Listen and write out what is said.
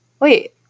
Wait